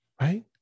right